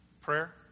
Prayer